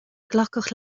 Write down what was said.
glacadh